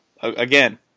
again